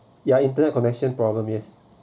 ya internet connection problem yes